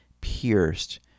pierced